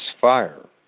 fire